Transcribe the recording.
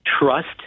trust